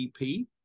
EP